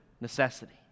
necessity